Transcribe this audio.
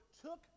took